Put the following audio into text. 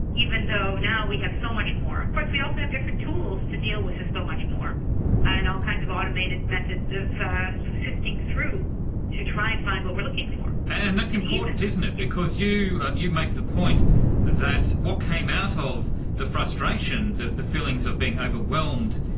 even though now we have so much more. of course we also have different tools to deal with so much more and all kinds of automated methods of sifting through to try and find what we're looking for. ann, and that's important, isn't it, because you you make the point that what came out ah of the frustration, the the feelings of being overwhelmed,